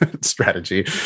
strategy